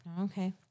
Okay